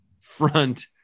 front